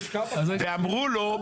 ואמרו לו,